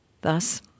Thus